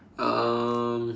um